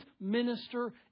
minister